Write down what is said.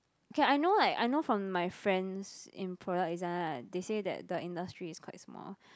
okay I know like I know from my friends in product design ah they say the industry is quite small